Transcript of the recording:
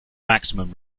maximum